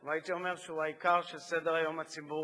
והייתי אומר שהוא העיקר של סדר-היום הציבורי.